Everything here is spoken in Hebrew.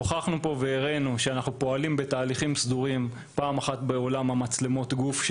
הראינו פה והוכחנו שאנחנו פועלים בתהליכים סדורים גם בעולם מצלמות הגוף,